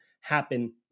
happen